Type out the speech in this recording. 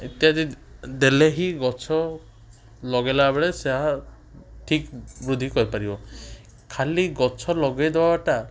ଇତ୍ୟାଦି ଦେଲେ ହିଁ ଗଛ ଲଗାଇଲା ବେଳେ ସେହା ଠିକ୍ ବୁଦ୍ଧି କରିପାରିବ ଖାଲି ଗଛ ଲଗାଇ ଦବାଟା